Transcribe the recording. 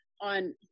on